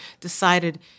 decided